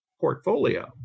portfolio